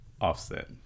offset